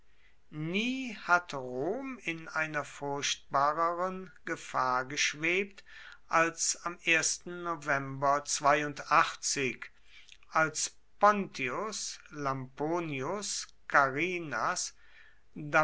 nie hat rom in einer furchtbareren gefahr geschwebt als am november als pontius